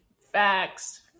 Facts